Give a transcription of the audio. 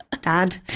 Dad